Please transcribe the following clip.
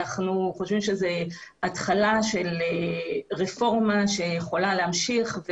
אנחנו חושבים שזאת התחלה של רפורמה שיכולה להמשיך,